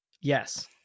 Yes